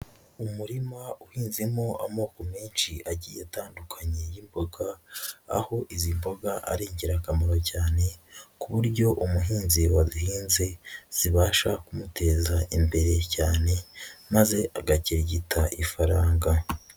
Umurima uhinzemo amoko menshi agiye atandukanye y'imboga, aho izi mboga ari ingirakamaro cyane ku buryo umuhinzi wazihinze zibasha kumuteza imbere cyane maze agakirigita ifaranga.